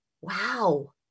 wow